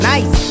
Nice